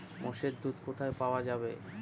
মোষের দুধ কোথায় পাওয়া যাবে?